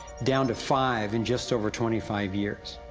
down to five in just over twenty five years.